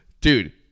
dude